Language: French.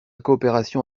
coopération